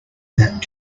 that